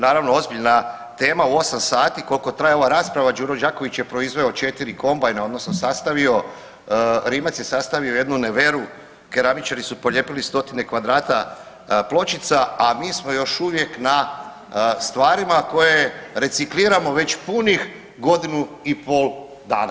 Naravno, ozbiljna tema u 8 sati koliko traje ova rasprava Đuro Đaković je proizveo 4 kombajna odnosno sastavio, Rimac je sastavio jednu Neveru, keramičari su polijepili 100-tine kvadrata pločica, a mi smo još uvijek na stvarima koje recikliramo već punih godinu i pol dana.